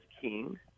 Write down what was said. king